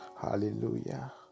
Hallelujah